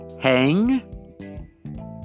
hang